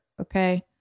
Okay